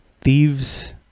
thieves